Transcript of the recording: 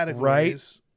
Right